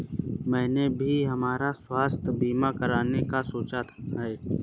मैंने भी हमारा स्वास्थ्य बीमा कराने का सोचा है